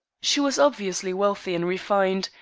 she was obviously wealthy and refined,